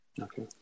Okay